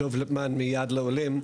דב ליפמן מ"יד לעולים".